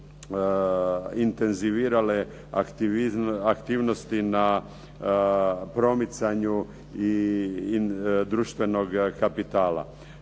intenzivirale aktivnosti na promicanju i društvenog kapitala.